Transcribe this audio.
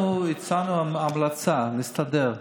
אנחנו הצענו המלצה להסתדר.